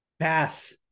Pass